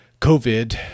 covid